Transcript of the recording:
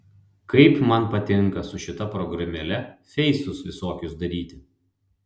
kaip man patinka su šita programėle feisus visokius daryti